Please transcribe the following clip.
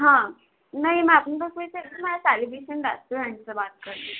हाँ नहीं मैं बात कर